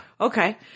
Okay